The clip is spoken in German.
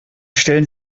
stellen